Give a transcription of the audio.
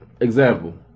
example